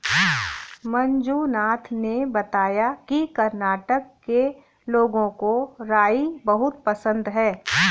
मंजुनाथ ने बताया कि कर्नाटक के लोगों को राई बहुत पसंद है